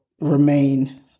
remain